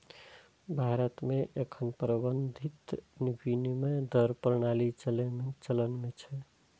भारत मे एखन प्रबंधित विनिमय दर प्रणाली चलन मे छै